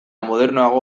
modernoago